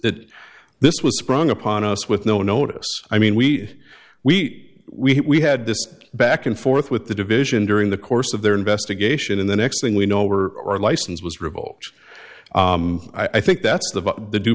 that this was sprung upon us with no notice i mean we we we had this back and forth with the division during the course of their investigation in the next thing we know or or license was revoked i think that's the the due